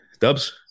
Dubs